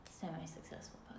semi-successful